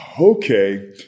okay